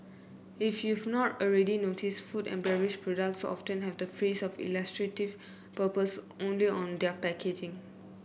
if you've not already noticed food and beverage products often have the phrase for illustrative purpose only on their packaging